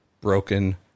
broken